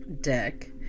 deck